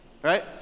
right